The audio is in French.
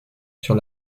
sur